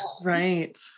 Right